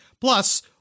Plus